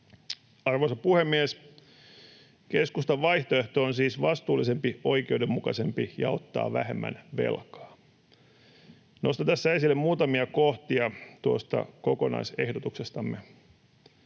Arvoisa puhemies! Keskustan vaihtoehto on siis vastuullisempi ja oikeudenmukaisempi ja ottaa vähemmän velkaa. Nostan tässä esille muutamia kohtia tuosta kokonaisehdotuksestamme.